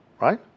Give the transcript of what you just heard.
Right